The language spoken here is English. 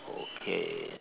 okay